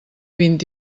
vint